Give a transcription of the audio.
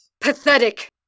Pathetic